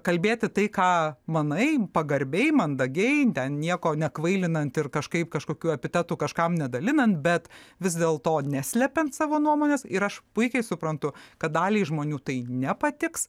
kalbėti tai ką manai pagarbiai mandagiai ten nieko nekvailinant ir kažkaip kažkokių epitetų kažkam nedalinant bet vis dėl to neslepiant savo nuomonės ir aš puikiai suprantu kad daliai žmonių tai nepatiks